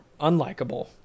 unlikable